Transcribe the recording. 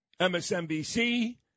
MSNBC